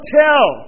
tell